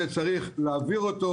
את החוק הזה צריך להעביר,